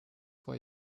vor